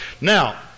Now